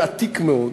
ועתיק מאוד,